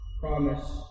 promise